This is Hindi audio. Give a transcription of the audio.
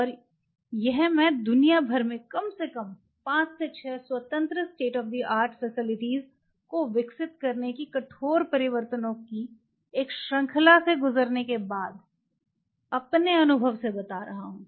और यह मैं दुनिया भर में कम से कम 5 से 6 स्वतंत्र state of the art facilities को विकसित करने की कठोर परिवर्तनों की एक श्रृंखला से गुजरने के बाद अपने अनुभव से बात कर रहा हूं